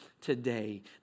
today